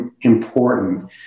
important